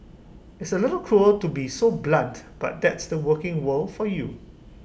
it's A little cruel to be so blunt but that's the working world for you